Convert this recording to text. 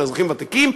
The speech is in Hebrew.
של אזרחים ותיקים,